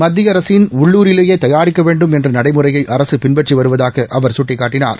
மத்திய அரசின் உள்ளூரிலேயே தயாரிக்க வேண்டும் என்ற நடைமுறையை அரசு பின்பற்றி வருவதாக அவா சுட்டிக்காட்டினார்